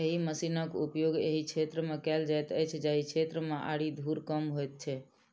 एहि मशीनक उपयोग ओहि क्षेत्र मे कयल जाइत अछि जाहि क्षेत्र मे आरि धूर कम होइत छै